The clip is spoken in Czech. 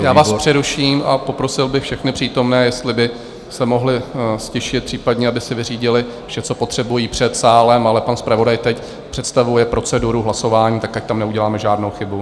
Já vás přeruším a poprosil bych všechny přítomné, jestli by se mohli ztišit případně, aby si vyřídili vše, co potřebují, před sálem, ale pan zpravodaj teď představuje proceduru hlasování, tak ať tam neuděláme žádnou chybu.